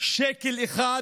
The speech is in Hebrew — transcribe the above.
שקל אחד